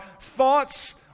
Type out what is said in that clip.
thoughts